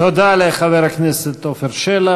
תודה לחבר הכנסת עפר שלח.